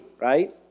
right